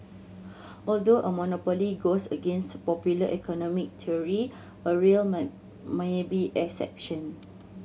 although a monopoly goes against popular economic theory a rail my may be exception